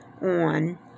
on